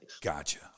Gotcha